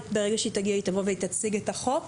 ברגע שהיא תגיע, היא תבוא והיא תציג את החוק,